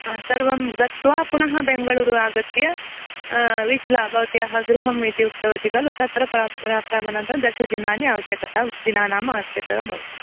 सर्वं गत्वा पुनः बेङ्गलूरू आगत्य विट्ला भवत्याः गृहं इति उक्तवति खलु तत्र प्रा प्राप्नोमि तत्र दश दिनानि अवश्यकता दिनानाम् अवश्यकता भवति